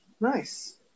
Nice